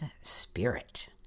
spirit